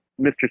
Mr